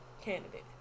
candidate